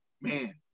man